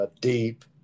deep